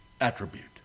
attribute